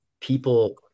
people